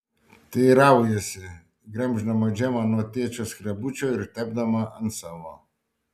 teiraujasi gremždama džemą nuo tėčio skrebučio ir tepdama ant savo